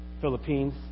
Philippines